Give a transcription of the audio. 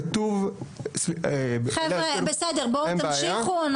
כתוב --- חבר'ה בסדר בואו תמשיכו,